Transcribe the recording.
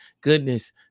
goodness